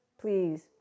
please